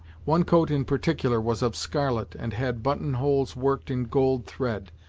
one coat in particular was of scarlet, and had button holes worked in gold thread.